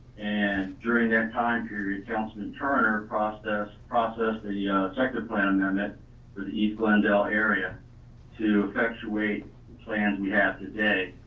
and during that time period councilman turner processed processed and the sector plan unit for the east glenn dale area to effectuate plans we have today,